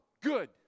good